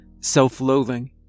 Self-loathing